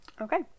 Okay